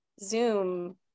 zoom